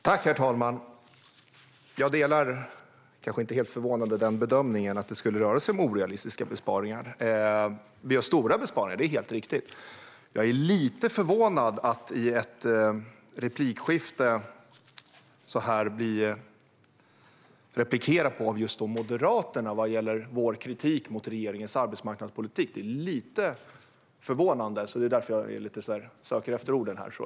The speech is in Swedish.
Herr talman! Jag delar inte, kanske inte helt förvånande, bedömningen att det skulle röra sig om orealistiska besparingar. Vi gör stora besparingar - det är helt riktigt - men jag är lite förvånad över att få en replik från just Moderaterna om vår kritik mot regeringens arbetsmarknadspolitik. Det är lite förvånande. Det är därför jag söker efter orden här.